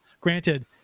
Granted